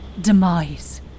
demise